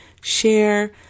share